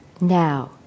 Now